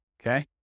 Okay